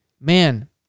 man